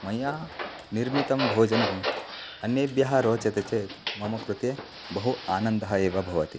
मया निर्मितं भोजनम् अन्येभ्यः रोचते चेत् मम कृते बहु आनन्दः एव भवति